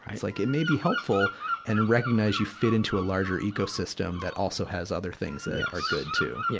it's like, it may be helpful and recognize you fit into a larger ecosystems that also has other things that are good, too. yeah